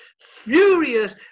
furious